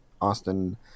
Austin